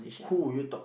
who would you talk